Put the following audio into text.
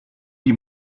die